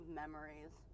memories